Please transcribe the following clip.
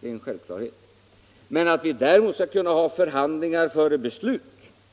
Det är en helt annan sak att vi skall kunna ha förhandlingar före beslut